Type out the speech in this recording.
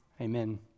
Amen